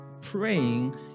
praying